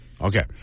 Okay